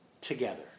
together